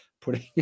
putting